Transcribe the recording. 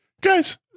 guys